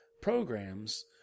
programs